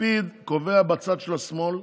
לפיד קובע בצד של השמאל,